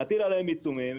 נטיל עליהן עיצומים,